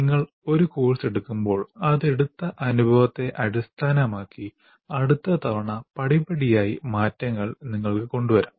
നിങ്ങൾ ഒരു കോഴ്സ് എടുക്കുമ്പോൾ അതെടുത്ത അനുഭവത്തെ അടിസ്ഥാനമാക്കി അടുത്ത തവണ പടിപടിയായി മാറ്റങ്ങൾ നിങ്ങൾക്ക് കൊണ്ട് വരാം